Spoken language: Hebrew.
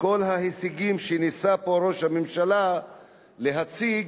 כל ההישגים שניסה פה ראש הממשלה להציג,